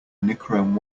nichrome